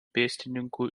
pėstininkų